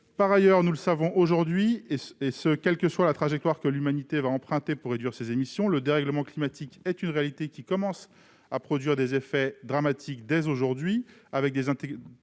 Par ailleurs, nous le savons, quelle que soit la trajectoire que l'humanité va emprunter pour réduire ses émissions, le dérèglement climatique est une réalité qui commence déjà à produire des effets dramatiques, avec des